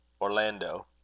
Orlando